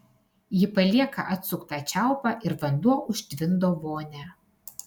ji palieka atsuktą čiaupą ir vanduo užtvindo vonią